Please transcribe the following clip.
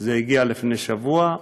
זה הגיע לפני שבוע.